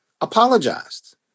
apologized